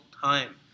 time